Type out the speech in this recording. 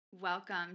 Welcome